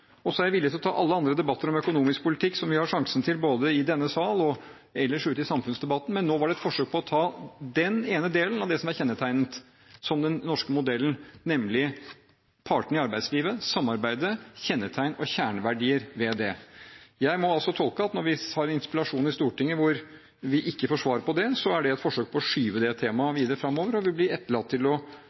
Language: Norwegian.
Så er jeg villig til å ta alle andre debatter om økonomisk politikk som vi har sjansen til, både i denne sal og ellers ute i samfunnsdebatten. Men nå var det et forsøk på å ta den ene delen av det som er kjennetegnet på den norske modellen, nemlig partene i arbeidslivet, samarbeidet, kjennetegn og kjerneverdier ved det. Jeg må altså tolke det slik at når vi har en interpellasjon i Stortinget hvor vi ikke får svar på det, er det et forsøk på å skyve det temaet videre fremover, og vi blir etterlatt til å